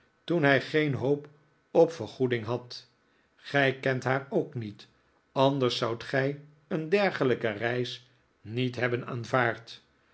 toen hij geen hoop op vergoeding had gij kent haar ook niet anders zoudt gij een dergelijke reis niet hebben aanvaard